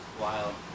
Wild